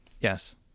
Yes